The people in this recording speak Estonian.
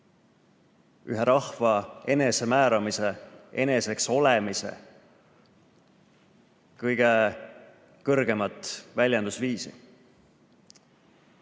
ühe rahva enesemääramise, eneseks olemise kõige kõrgemat väljendusviisi.